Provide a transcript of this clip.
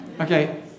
Okay